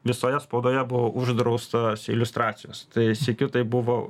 visoje spaudoje buvo uždraustos iliustracijos tai sykiu tai buvo